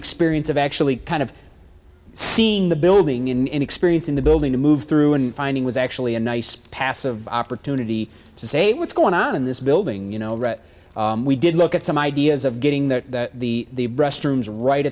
experience of actually kind of seeing the building in an experience in the building to move through and finding was actually a nice passive opportunity to say what's going on in this building you know right we did look at some ideas of getting that the restrooms right